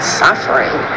suffering